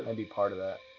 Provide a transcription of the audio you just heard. um be part of that.